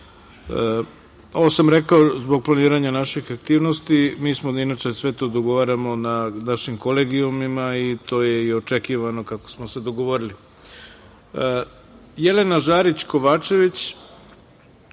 sam rekao zbog planiranja naših aktivnosti, a mi to inače sve dogovaramo na našim kolegijumima i sve ovo je i očekivano, kako smo se i dogovorili. Reč ima Jelena Žarić Kovačević,